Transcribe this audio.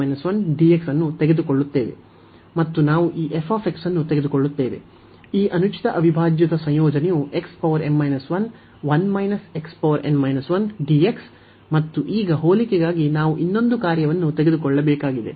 ಮತ್ತು ನಾವು ಈ f ಅನ್ನು ತೆಗೆದುಕೊಳ್ಳುತ್ತೇವೆ ಈ ಅನುಚಿತ ಅವಿಭಾಜ್ಯದ ಸಂಯೋಜನೆಯು ಮತ್ತು ಈಗ ಹೋಲಿಕೆಗಾಗಿ ನಾವು ಇನ್ನೊಂದು ಕಾರ್ಯವನ್ನು ತೆಗೆದುಕೊಳ್ಳಬೇಕಾಗಿದೆ